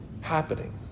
happening